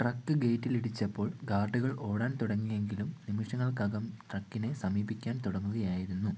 truck ഗേറ്റിൽ ഇടിച്ചപ്പോൾ ഗാർഡുകൾ ഓടാൻ തുടങ്ങിയെങ്കിലും നിമിഷങ്ങൾക്കകം ട്രക്കിനെ സമീപിക്കാൻ തുടങ്ങുകയായിരുന്നു